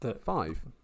Five